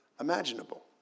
imaginable